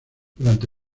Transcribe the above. durante